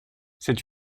cette